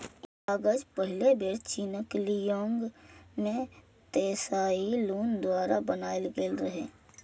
कागज पहिल बेर चीनक ली यांग मे त्साई लुन द्वारा बनाएल गेल रहै